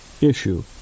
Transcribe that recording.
issue